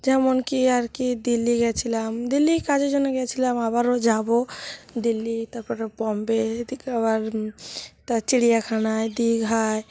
যেমন কি আর কি দিল্লি গিয়েছিলাম দিল্লি কাজের জন্য গিয়েছিলাম আবারও যাব দিল্লি তার পরে বম্বে এদিকে আবার তার চিড়িয়াখানায় দীঘায়